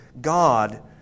God